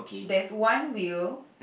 there's one wheel